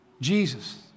Jesus